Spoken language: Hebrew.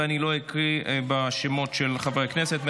ואני לא אקרא בשמות של חברי הכנסת.